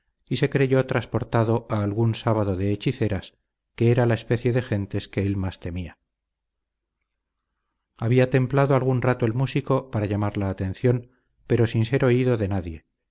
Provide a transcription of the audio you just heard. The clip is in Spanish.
y se creyó transportado a algún sábado de hechiceras que era la especie de gentes que él más temía había templado algún rato el músico para llamar la atención pero sin ser oído de nadie